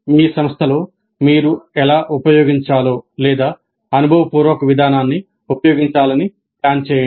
మీ సంస్థలో మీరు ఎలా ఉపయోగించాలో లేదా అనుభవపూర్వక విధానాన్ని ఉపయోగించాలని ప్లాన్ చేయండి